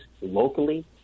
locally